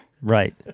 Right